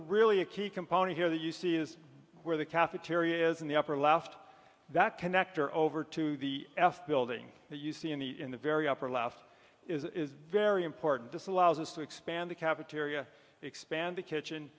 really a key component here that you see is where the cafeteria is in the upper left that connector over to the s building that you see in the in the very upper class is very important this allows us to expand the cafeteria expand the kitchen